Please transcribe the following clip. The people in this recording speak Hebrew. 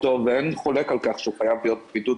אין חולק על כך שהוא חייב להיות בבידוד